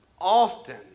often